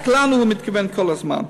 רק לנו הוא מתכוון כל הזמן.